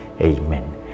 Amen